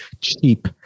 cheap